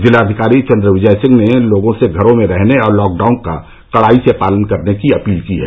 जिलाधिकारी चंद्र विजय सिंह ने लोगों से घरों में रहने और लॉकडाउन का कड़ाई से पालन करने की अपील की है